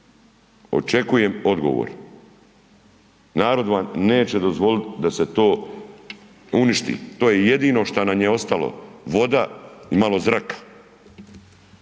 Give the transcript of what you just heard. Očekujem odgovor. Narod vam neće dozvoliti da se to uništi. To je jedino što nam je ostalo. Voda i malo zraka